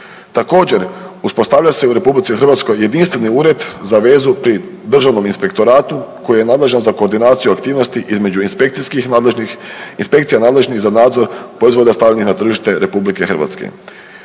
Također, uspostavlja se u Republici Hrvatskoj jedinstveni ured za vezu pri Državnom inspektoratu koji je nadležan za koordinaciju aktivnosti između inspekcijskih nadležnih, inspekcija nadležnih za nadzor proizvoda stavljenih na tržište Republike Hrvatske.